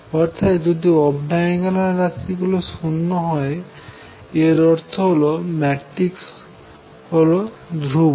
অর্থাৎ যদি off diagonal রাশি গুলি 0 হয় এর অর্থ হল এই ম্যাট্রিক্স হল ধ্রুবক